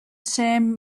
sam